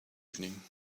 evening